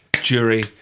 jury